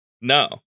no